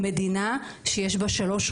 מדינה שיש בה שלוש רשויות,